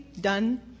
done